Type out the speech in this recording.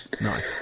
Nice